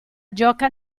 gioca